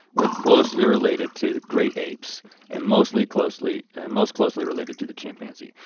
we're closely related to great apes and most like closely most closely related to the chimpanzee.